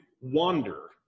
wander